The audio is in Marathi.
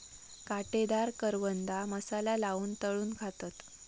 काटेदार करवंदा मसाला लाऊन तळून खातत